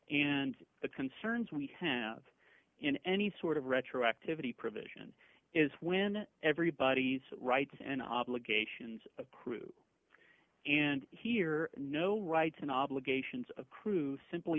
the concerns we have in any sort of retroactivity provision is when everybody's rights and obligations accrue and here no rights and obligations of crew simply